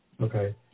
Okay